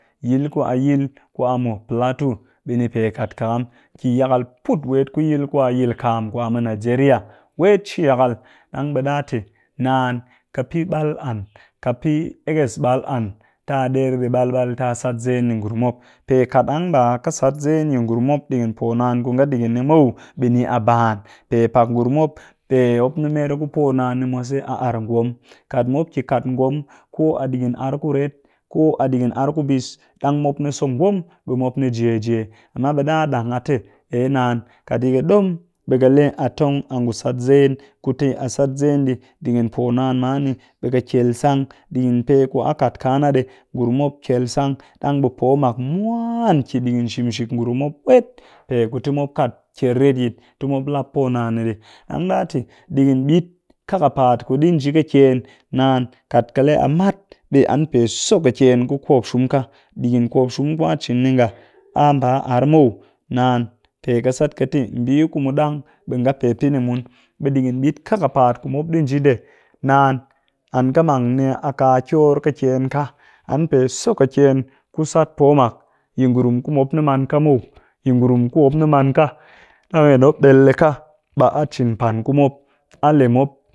Yil ku a yil ku a mu plato be ni pee kat kakam kiyakal put wet ku yil ku a yil kaam ku a nigeria wet shiyakal, ɗang ɓe ɗa tɨ naan ƙɨ pɨ ɓal an ƙɨ pɨ eges ɓal an tɨ a ɗer ɗi balbal tɨ a sat zen ɗi ngurum mop pe kat ɗang ba ka sat zen yi ngurum mop ɗigin poo naan ni ku nga digin ni muw ɓe ni a ban pe pak ngurum mop ni mer ku poo naan ni mwase a ar ngom kat mop ki kat ngom ko a yi ar kuret ko a yi ar kubis ɗang mop ni so ngom ɓe mop ni je a je amma ɓe ɗa ɗang a tɨ ei naan kat yi ɗom ɓe ka le a tong a ngu sat zen ku tɨ a sat zen ɗi ɗigin poo naan man ni ɓe ƙɨkyel sang ɗigin peku a kat kaa na ɗi ngurum mop kyel sang, ɗang be poo mak mwa-an ki ɗigin shimshik ngurum mop wet. pe ku tɨ mop kat kyel retyit tɨ mop lap poo naan ni ɗi ɗang ɗa tɨ ɗigin ɓit kakapaat ku ɗi nji ƙɨkyen naan kat ƙɨ lee a mat ɓa so ƙɨkyen ku kop shum ka, ɗigin ko shum ku an pe cin ni nga a mba ar muw naan pe ƙɨ sat ƙɨ tɨ mbii ku mu dang ɓe nga pe pɨ ni mun. Ɓe digin ɓit kakapaat ku mop ɗi nji ndee naan an ƙɨ mang ni a ka kyor ƙɨ kyen ka, an pe so ƙɨkyen ku sat poo mak yi ngurum ku mop ni man ka muw, yi ngurum ku mop ni man ka ɗang en mop ɗel ɗika ɓa a cin pan ku mop a lee mop